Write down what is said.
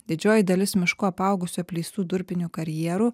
didžioji dalis mišku apaugusių apleistų durpinių karjerų